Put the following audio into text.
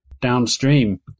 downstream